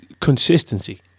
consistency